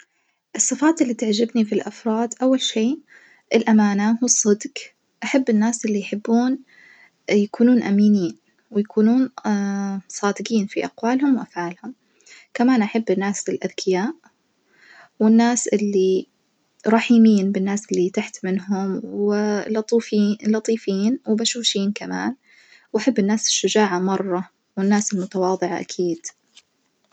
الصفات اللي تعجبني في الأفراد أول شي الأمانة والصدج، أحب الناس اللي يحبون يكونون أمينين ويكونون صادجين في اقوالهم وافعالهم، كمان أحب الناس الأذكياء والناس اللي رحيمين بالناس اللي تحت منهم ولطوفي لطيفين وبشوشين كمان وأحب الناس الشجاعة مرة والناس المتواضعة أكيد.